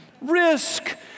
risk